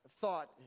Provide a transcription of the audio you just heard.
thought